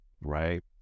right